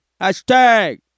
hashtag